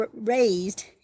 raised